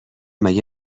مگه